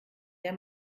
der